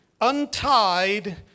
untied